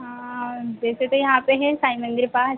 हाँ जैसे तो यहाँ पर है साईं मंदिर पास